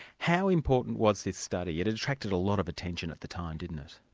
how important was this study? it attracted a lot of attention at the time, didn't it?